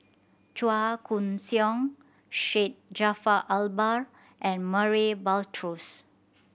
Chua Koon Siong Syed Jaafar Albar and Murray Buttrose